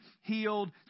healed